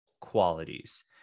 qualities